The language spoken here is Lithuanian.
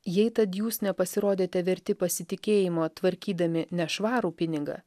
jei tad jūs nepasirodėte verti pasitikėjimo tvarkydami nešvarų pinigą